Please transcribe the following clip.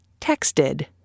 texted